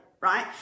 right